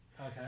Okay